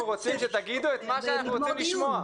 אנחנו רוצים שתגיבו למה שאנחנו רוצים לשמוע,